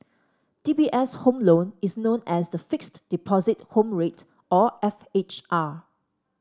DBS' home loan is known as the Fixed Deposit Home Rate or F H R